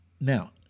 Now